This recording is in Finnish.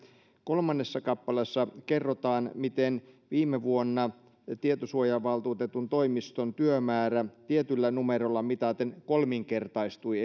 kolmannessa kappaleessa kerrotaan miten viime vuonna tietosuojavaltuutetun toimiston työmäärä tietyllä numerolla mitaten kolminkertaistui